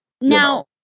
Now